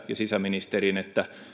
sisäministeriin että